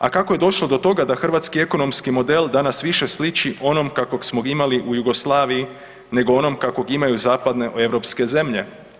A kako je došlo do toga da hrvatski ekonomski model danas više sliči onom kakvog smo imali u Jugoslaviji nego onom kakvog imaju zapadne europske zemlje?